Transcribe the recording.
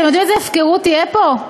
אתם יודעים איזו הפקרות תהיה פה?